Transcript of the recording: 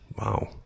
Wow